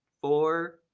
four